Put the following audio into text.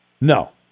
No